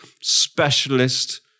specialist